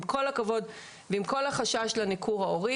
עם כל הכבוד ועל כל החשש לניכור ההורי